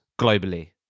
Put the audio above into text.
globally